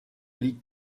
ligue